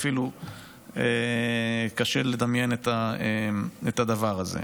אפילו קשה לדמיין את הדבר הזה.